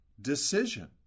decision